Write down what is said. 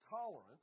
tolerance